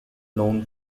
known